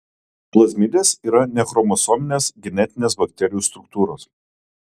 plazmidės yra nechromosominės genetinės bakterijų struktūros